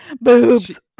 Boobs